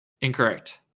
Incorrect